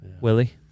Willie